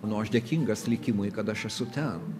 nu aš dėkingas likimui kad aš esu ten